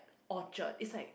Orchard it's like